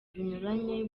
binyuranye